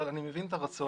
אבל אני מבין את הרצון.